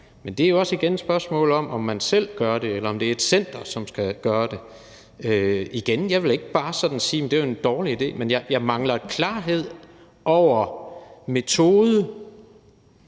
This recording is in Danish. Men det er jo igen også et spørgsmål om, om man selv gør det, eller om det er et center, som skal gøre det. Igen vil jeg ikke bare sige, at det er en dårlig idé, men jeg mangler klarhed over metode